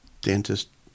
dentist